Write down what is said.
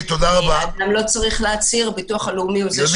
אדם לא צריך להצהיר וביטוח לאומי הוא זה שעושה.